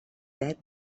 set